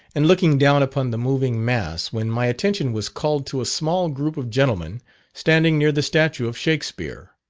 and looking down upon the moving mass, when my attention was called to a small group of gentlemen standing near the statue of shakspere,